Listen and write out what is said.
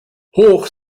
hoch